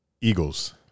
Eagles